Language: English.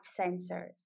sensors